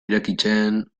irekitzen